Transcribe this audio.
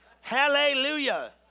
Hallelujah